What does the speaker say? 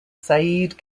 said